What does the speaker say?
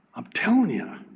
i'm telling you,